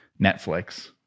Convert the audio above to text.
netflix